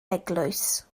eglwys